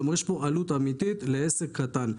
כלומר, יש פה עלות אמיתית עבור עסק קטן.